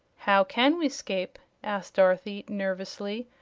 how can we scape? asked dorothy, nervously,